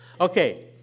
Okay